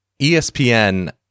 ESPN